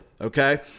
okay